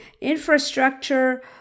infrastructure